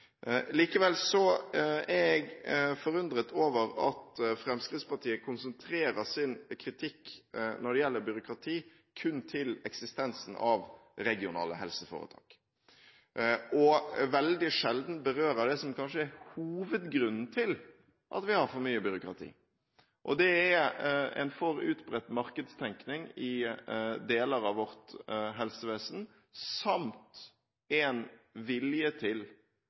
Likevel er jeg forundret over at Fremskrittspartiet konsentrerer sin kritikk når det gjelder byråkrati, kun om eksistensen av regionale helseforetak, og veldig sjelden berører det som kanskje er hovedgrunnen til at vi har for mye byråkrati, nemlig en for utbredt markedstenkning i deler av vårt helsevesen samt en vilje til